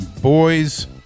boys –